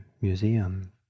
museum